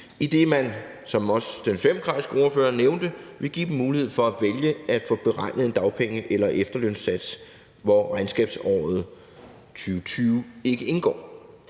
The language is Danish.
idet man, som også den socialdemokratiske ordfører nævnte, vil give dem muligheden for at vælge at få beregnet en dagpenge- eller efterlønssats, hvor regnskabsåret 2020 ikke indgår.